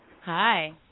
Hi